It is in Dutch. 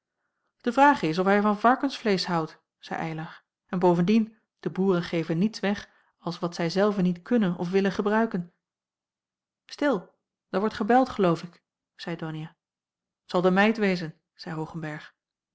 de vraag is of hij van varkensvleesch houdt zeî eylar en bovendien de boeren geven niets weg als wat zij zelve niet kunnen of willen gebruiken stil daar wordt gebeld geloof ik zeî donia t zal de meid wezen zeî hoogenberg